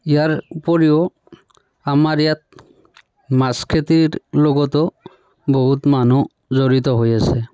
ইয়াৰ উপৰিও আমাৰ ইয়াত মাছ খেতিৰ লগতো বহুত মানুহ জড়িত হৈ আছে